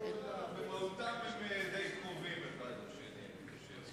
במהותם הם די קרובים, אני חושב.